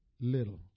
little